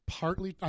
partly